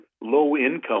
low-income